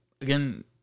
again